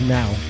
now